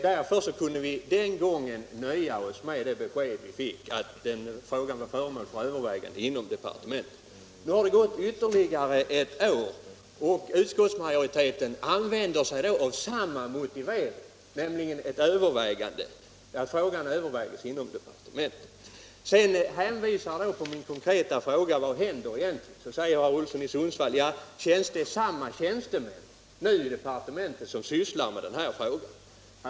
Därför kunde vi den gången nöja oss med det besked vi fick, att frågan var föremål för övervägande inom departementet. Nu har det alltså gått ett år, och utskottsmajoriteten använder samma motivering, nämligen att frågan övervägs inom departementet. I Som svar på min konkreta fråga om vad som egentligen händer säger 79 herr Olsson i Sundsvall att det är samma tjänstemän nu i departementet som sysslar med det här ärendet.